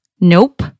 Nope